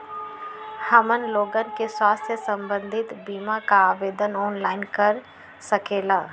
हमन लोगन के स्वास्थ्य संबंधित बिमा का आवेदन ऑनलाइन कर सकेला?